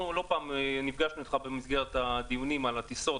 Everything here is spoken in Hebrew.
אנחנו לא פעם נפגשנו אתך במסגרת הדיונים על הטיסות.